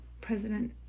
President